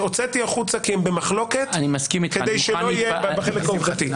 שהוצאתי החוצה כי הם במחלוקת כדי שלא יהיה בחלק העובדתי.